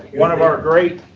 one of our great.